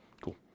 Cool